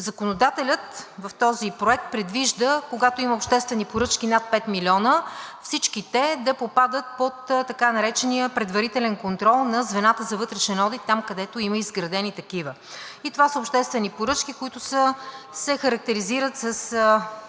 Законодателят в този проект предвижда, когато има обществени поръчки над 5 милиона, всички те да попадат под така наречения предварителен контрол на звената за вътрешен одит, там, където има изградени такива. Това са обществени поръчки, които се характеризират с